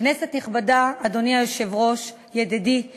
כנסת נכבדה, אדוני היושב-ראש, ידידי מרגי,